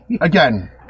Again